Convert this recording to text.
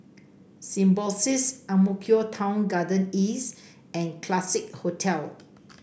Symbiosis Ang Mo Kio Town Garden East and Classique Hotel